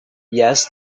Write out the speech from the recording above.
yes